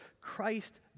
Christ